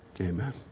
Amen